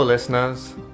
Listeners